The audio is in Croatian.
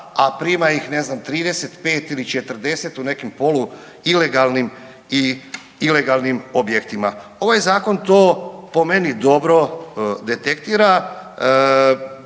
a prima ih ne znam 35 ili 40 u nekim polu ilegalnim ili ilegalnim objektima. Ovaj zakon to po meni dobro detektira.